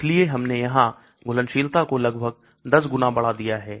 इसलिए हमने यहां घुलनशीलता को लगभग 10 गुना बढ़ा दिया है